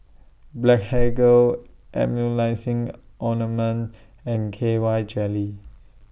Blephagel Emulsying Ointment and K Y Jelly